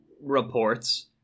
reports